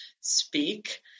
speak